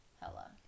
Hella